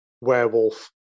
werewolf